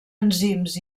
enzims